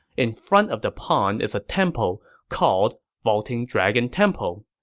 in front of the pond is a temple, called vaulting dragon temple.